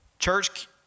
Church